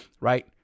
right